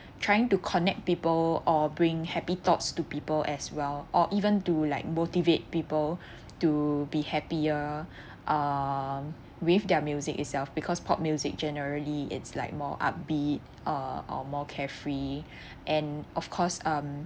trying to connect people or bring happy thoughts to people as well or even to like motivate people to be happier um with their music itself because pop music generally it's like more upbeat uh or more carefree and of course um